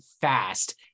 fast